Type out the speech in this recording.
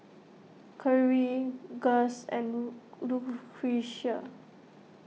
Khiry Gust and Lucretia